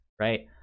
right